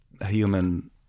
human